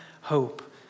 hope